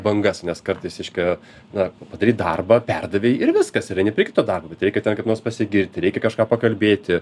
bangas nes kartais reiškia na padarei darbą perdavei ir viskas ir eini prie kito darbo bet reikia ten kaip nors pasigirti reikia kažką pakalbėti